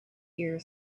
ear